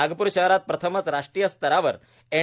नागप्र शहरात प्रथमच राष्ट्रीय स्तरावर एन